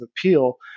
appeal